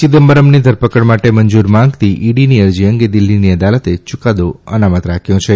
ચિદમ્બરમની ધરપકડ માટે મંજૂરી માંગતી ઇડીની અરજી અંગે દિલ્ફીની અદાલતે યૂકાદો અનામત રાખ્યો છે